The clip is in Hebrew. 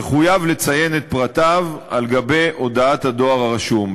יחויב לציין את פרטיו על גבי הודעת הדואר הרשום.